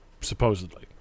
supposedly